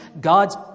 God's